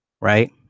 Right